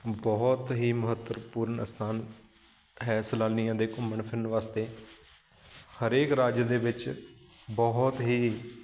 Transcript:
ਬਹੁਤ ਹੀ ਮਹੱਤਵਪੂਰਨ ਸਥਾਨ ਹੈ ਸੈਲਾਨੀਆਂ ਦੇ ਘੁੰਮਣ ਫਿਰਨ ਵਾਸਤੇ ਹਰੇਕ ਰਾਜ ਦੇ ਵਿੱਚ ਬਹੁਤ ਹੀ